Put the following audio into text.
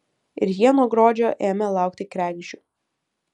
ir jie nuo gruodžio ėmė laukti kregždžių